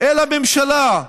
אל הממשלה,